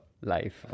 life